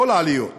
בכל העליות שהיו.